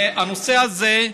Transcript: הנושא הזה,